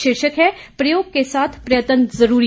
शीर्षक है प्रयोग के साथ प्रयत्न जरूरी